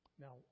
Now